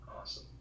awesome